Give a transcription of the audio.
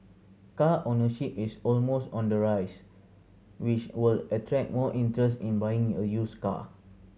car ownership is almost on the rise which will attract more interest in buying a used car